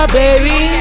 baby